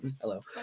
hello